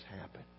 happen